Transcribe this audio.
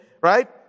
right